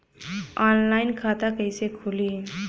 Online खाता कइसे खुली?